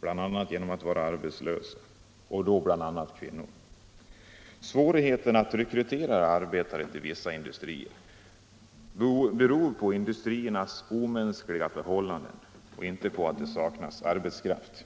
bl.a. genom att vara arbetslösa. Svå 159 righeten att rekrytera arbetare till vissa industrier beror på industriernas omänskliga förhållanden och inte på att det saknas arbetskraft.